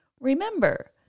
Remember